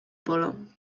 bolą